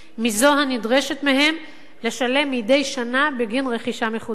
מאלה שהם נדרשים לשלם מדי שנה בגין רכישה מחודשת.